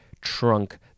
trunk